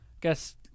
guess